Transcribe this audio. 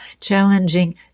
challenging